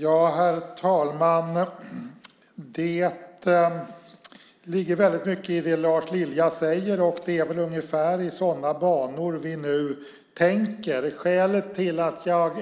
Fru talman! Det ligger mycket i det Lars Lilja säger. Det är väl ungefär i sådana banor vi tänker. Skälet till att jag